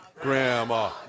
grandma